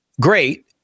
Great